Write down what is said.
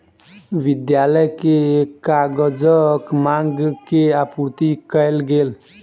विद्यालय के कागजक मांग के आपूर्ति कयल गेल